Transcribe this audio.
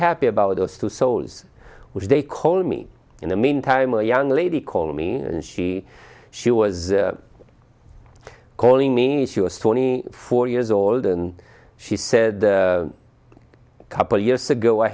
happy about those two souls which they call me in the meantime a young lady called me and she she was calling me she was twenty four years old and she said a couple years ago i